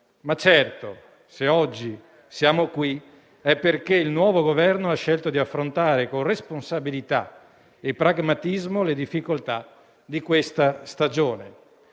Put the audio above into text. Ma certo, se oggi siamo qui, è perché il nuovo Governo ha scelto di affrontare con responsabilità e pragmatismo le difficoltà di questa stagione.